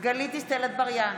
בהצבעה גלית דיסטל אטבריאן,